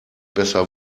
besser